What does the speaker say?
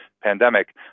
pandemic